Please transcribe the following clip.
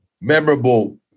memorable